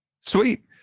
Sweet